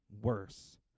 worse